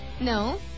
No